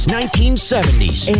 1970s